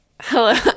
Hello